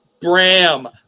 Bram